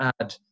add